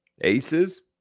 Aces